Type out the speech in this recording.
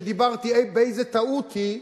שדיברתי באיזו טעות היא,